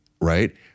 right